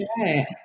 right